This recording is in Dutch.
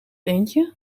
eendje